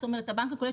זאת אומרת הבנק הקולט,